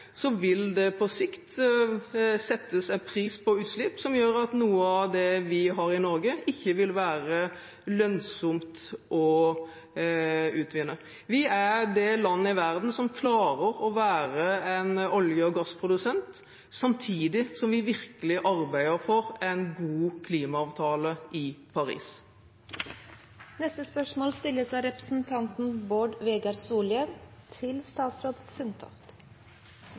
vil det på sikt settes en pris på utslipp som gjør at noe av det vi har av fossil energi i Norge, ikke vil være lønnsomt å utvinne. Vi er det landet i verden som klarer å være en olje- og gassprodusent samtidig som vi virkelig arbeider for en god klimaavtale i Paris. Lat meg få ønskje klima- og miljøministeren vel tilbake til